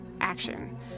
action